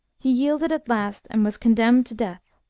he yielded at last, and was condemned to death.